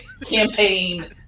campaign